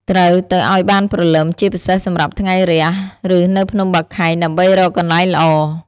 ត្រូវ ទៅឲ្យបានព្រលឹម ជាពិសេសសម្រាប់ថ្ងៃរះ ឬនៅភ្នំបាខែង ដើម្បីរកកន្លែងល្អ។